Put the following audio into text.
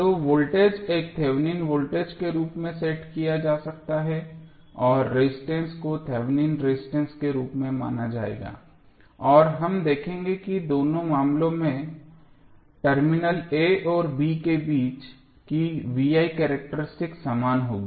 तो वोल्टेज एक Thevenin voltage के रूप में सेट किया जा सकता है और रेजिस्टेंस को थेवेनिन रेजिस्टेंस के रूप में माना जाएगा और हम देखेंगे कि दोनों मामलों में टर्मिनल a और b के बीच की V I कैरेक्टरिस्टिक समान होगी